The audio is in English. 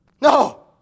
No